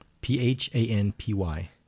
P-H-A-N-P-Y